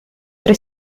tre